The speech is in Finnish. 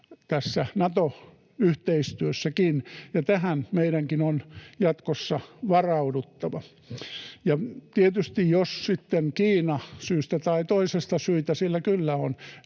tässä Nato-yhteistyössäkin, ja tähän meidänkin on jatkossa varauduttava. Ja tietysti, jos sitten Kiina syystä tai toisesta — syitä sillä kyllä on